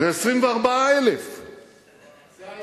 זה 24,000. זה היחס בין מקום הישיבה של מופז למקום הישיבה של כץ.